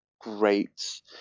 great